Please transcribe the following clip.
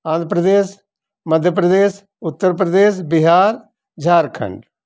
Andhra Pradesh Madhya Pradesh Uttar Pradesh Bihar Jharkhand